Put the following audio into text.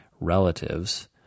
relatives